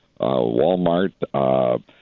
Walmart